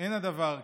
אין הדבר כן,